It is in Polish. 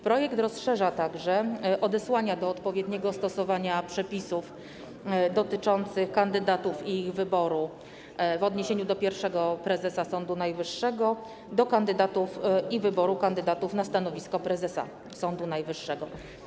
Projekt rozszerza także odesłanie do odpowiedniego stosowania przepisów dotyczących kandydatów i ich wyboru w odniesieniu do pierwszego prezesa Sądu Najwyższego na kandydatów i wybór kandydatów na stanowisko prezesa Sądu Najwyższego.